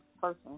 person